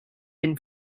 been